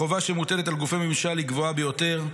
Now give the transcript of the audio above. החובה שמוטלת על גופי ממשל היא גבוהה ביותר,